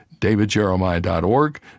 davidjeremiah.org